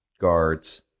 guards